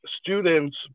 students